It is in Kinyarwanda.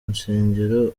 nsengero